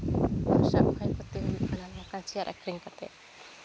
ᱯᱚᱭᱥᱟ ᱠᱚ ᱱᱚᱝᱠᱟᱱ ᱪᱮᱭᱟᱨ ᱟᱹᱠᱷᱨᱤᱧ ᱠᱟᱛᱮ